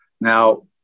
Now